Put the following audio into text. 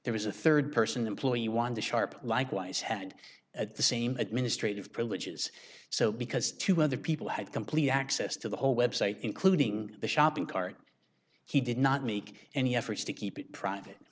there was a rd person employee wanda sharp likewise had at the same administrative privileges so because two other people had complete access to the whole website including the shopping cart he did not make any efforts to keep it private